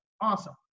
Awesome